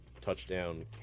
touchdown